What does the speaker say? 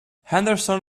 henderson